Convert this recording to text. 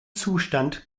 zustand